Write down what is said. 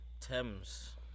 Thames